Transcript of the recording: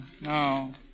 no